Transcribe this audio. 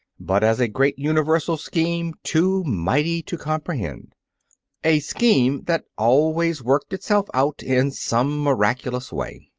but as a great universal scheme too mighty to comprehend a scheme that always worked itself out in some miraculous way.